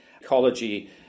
Ecology